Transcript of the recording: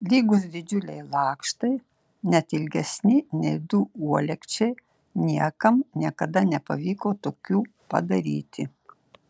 lygūs didžiuliai lakštai net ilgesni nei du uolekčiai niekam niekada nepavyko tokių padaryti